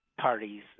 parties